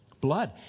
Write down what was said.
blood